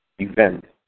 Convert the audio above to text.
Event